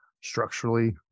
structurally